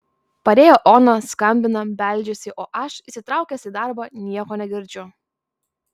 parėjo ona skambina beldžiasi o aš įsitraukęs į darbą nieko negirdžiu